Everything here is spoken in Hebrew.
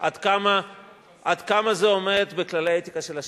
עד כמה זה עומד בכללי האתיקה של השופטים,